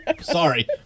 sorry